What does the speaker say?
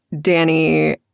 Danny